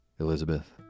Elizabeth